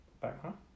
background